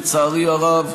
לצערי הרב,